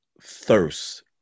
thirst